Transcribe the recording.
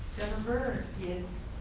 bird yes.